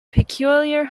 peculiar